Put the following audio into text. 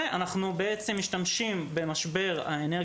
היא יכולה לקנות את הגז.